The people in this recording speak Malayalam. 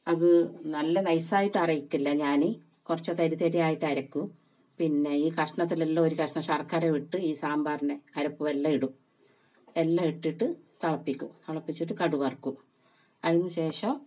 അത് നല്ല നൈസായിട്ട് അരയ്ക്കില്ല ഞാൻ കുറച്ച് തരി തരിയായിട്ട് അരക്കും പിന്നെ ഈ കഷ്ണത്തിലെല്ലാം ഒരു കഷ്ണം ശർക്കര ഇട്ട് ഈ സാമ്പാറിന് അരപ്പും എല്ലാം ഇടും എല്ലാം ഇട്ടിട്ട് തിളപ്പിക്കും തിളപ്പിച്ചിട്ട് കടുക് വറക്കും അതിന് ശേഷം